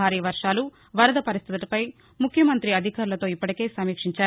భారీ వర్వాలు వరద పరిస్థితులపై ముఖ్యమంతి అధికారులతో ఇప్పటికే సమీక్షించారు